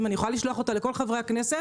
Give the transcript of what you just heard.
אם אני יכולה לשלוח אותה לכל חברי הכנסת